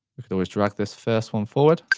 we could always drag this first one forward.